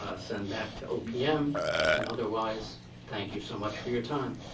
ah send back to opm and otherwise thank you so much for your time.